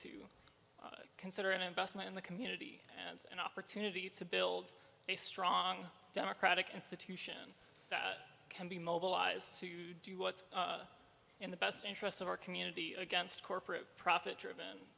to consider an investment in the community and an opportunity to build a strong democratic institution that can be mobilized to do what's in the best interests of our community against corporate profit driven